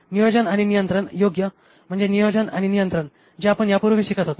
नियोजन आणि नियंत्रण योग्य म्हणजे नियोजन आणि नियंत्रण जे आपण यापूर्वी शिकत होतो